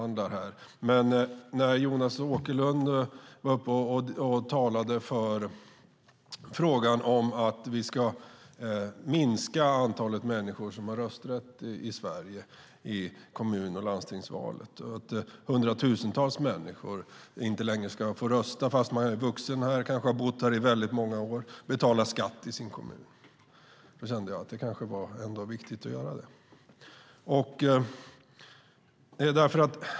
När Jonas Åkerlund var uppe i talarstolen och sade att vi ska minska antalet människor som har rösträtt i kommun och landstingsval i Sverige, att hundratusentals människor inte längre ska få rösta fastän de bott här i många år, kanske vuxit upp här och betalar skatt i sin kommun, då kände jag att det var viktigt att begära ordet.